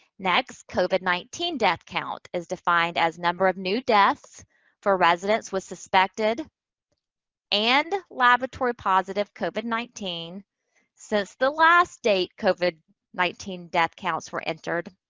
next, covid nineteen death count is defined as number of new deaths for residents with suspected and laboratory positive covid nineteen since the last date covid nineteen death counts were entered,